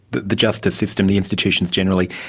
the the justice system, the institutions generally,